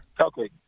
Okay